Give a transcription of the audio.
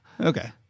Okay